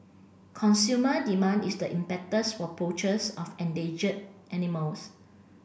consumer demand is the impetus for poachers of endangered animals